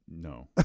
No